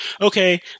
okay